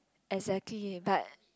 exactly but